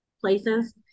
places